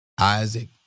Isaac